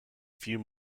few